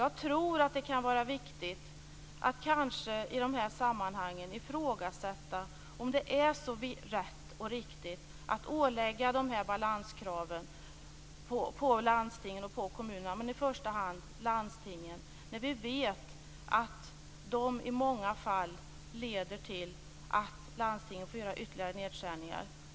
Jag tror att det är viktigt att i de här sammanhangen ifrågasätta om det är så rätt och riktigt att ålägga landstingen och kommunerna de här balanskraven, när vi vet att det i många fall leder till att landstingen får göra ytterligare nedskärningar.